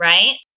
Right